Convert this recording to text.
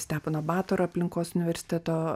stepono batoro aplinkos universiteto